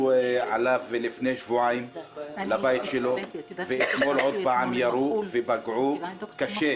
לפני שבועיים ירו על הבית שלו ואתמול עוד פעם ירו ופגעו קשה